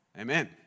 Amen